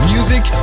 Music